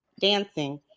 Dancing